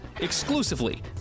exclusively